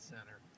Center